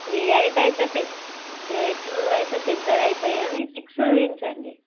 ఈ ఎయిట్ అయితే ఎయిటు అయితే పెద్దగా అయితాయి కానీ సిక్స్ చూపించండి